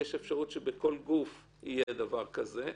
שבכל גוף יהיה דבר כזה,